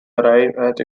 arrive